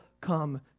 come